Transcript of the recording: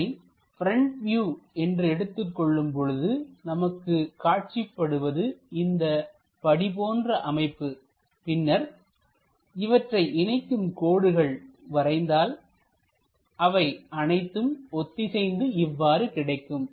இதனை front view என்று எடுத்துக் கொள்ளும் பொழுது நமக்கு காட்சிபடுவது இந்த படி போன்ற அமைப்பு பின்னர் இவற்றை இணைக்கும் கோடுகள் வரைந்தால் அவை அனைத்தும் ஒத்திசைந்து இவ்வாறு கிடைக்கும்